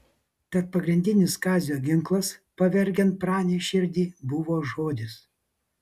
tad pagrindinis kazio ginklas pavergiant pranės širdį buvo žodis